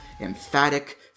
emphatic